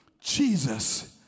Jesus